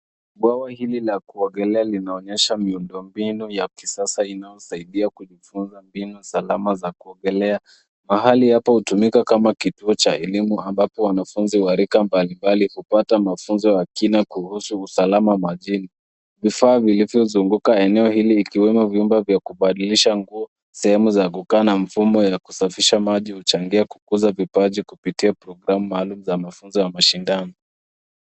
Bwawa hili la kuogelea linaonyesha miundo mbinu ya kisasa inayosaidia kujifunza mbinu salama za kuogelea. Pahali hapa hutumika kama kituo cha elimu ambapo wanafunzi wa rika mbalimbali hupata mafunzo ya kina kuhusu usalama majini. Vifaa vilivyozunguka eneo hili ikiwemo vyumba vya kubadilisha nguo, sehemu za kukaa na mfumo ya kusafisha maji huchangia kukuza vipaji kupitia programu maalum za mafunzo ya mashindano.